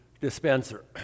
dispenser